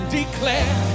declare